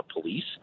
police